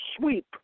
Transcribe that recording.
sweep